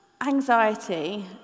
Anxiety